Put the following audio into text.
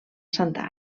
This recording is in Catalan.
santa